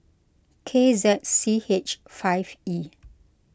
K Z C H five E